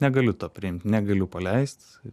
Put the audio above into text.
negaliu to priimt negaliu paleist